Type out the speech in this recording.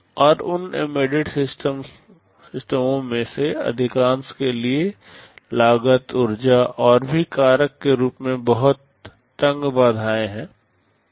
और इन एम्बेडेड सिस्टमों में से अधिकांश के लिए लागत ऊर्जा और भी कारक के रूप में बहुत तंग बाधाएं हैं